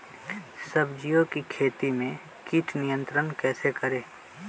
सब्जियों की खेती में कीट नियंत्रण कैसे करें?